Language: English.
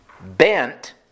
Bent